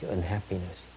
unhappiness